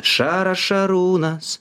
šaras šarūnas